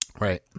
Right